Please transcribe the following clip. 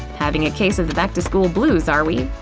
having a case of the back to school blues, are we?